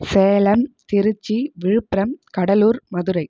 Salem Tiruchi Viluppuram Cuddalore Madurai